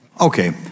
Okay